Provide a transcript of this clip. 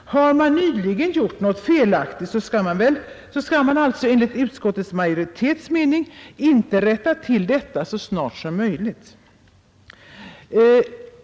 Har man nyligen gjort något felaktigt, så skall man alltså enligt utskottsmajoritetens mening inte rätta till detta så snart som möjligt.